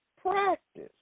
practice